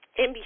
NBC